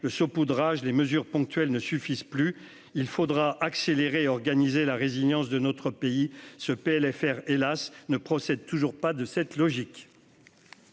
Le saupoudrage, les mesures ponctuelles ne suffisent plus. Il faut accélérer pour organiser la résilience de notre pays. Ce PLFR, hélas, ne procède toujours pas de cette logique.